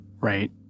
Right